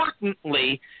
importantly